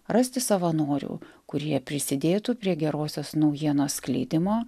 rasti savanorių kurie prisidėtų prie gerosios naujienos skleidimo